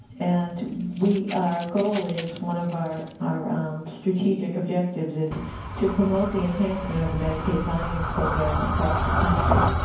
and we our goal is one of our our strategic objectives is to promote the enhancement of the medicated buy-in program across the country.